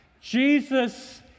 Jesus